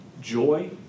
Joy